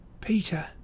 Peter